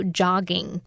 jogging